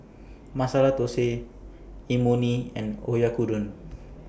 Masala Dosi Imoni and Oyakodon